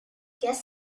guess